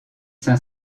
saint